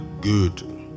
good